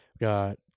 got